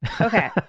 Okay